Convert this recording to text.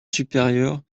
supérieure